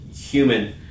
human